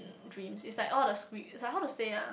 dream it's like all the how to say ah